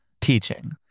teaching